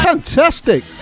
Fantastic